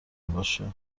باشه